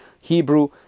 Hebrew